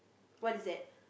what is that